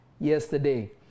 yesterday